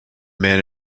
man